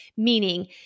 meaning